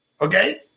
Okay